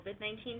COVID-19